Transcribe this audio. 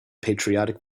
patriotic